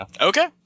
Okay